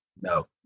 no